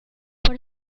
por